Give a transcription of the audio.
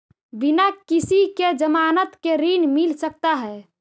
बिना किसी के ज़मानत के ऋण मिल सकता है?